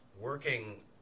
working